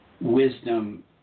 wisdom